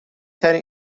ترین